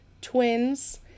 twins